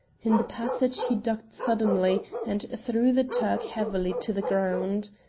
in the passage he ducked suddenly, and threw the turk heavily to the ground.